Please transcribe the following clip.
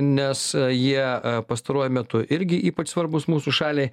nes jie pastaruoju metu irgi ypač svarbus mūsų šaliai